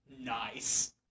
Nice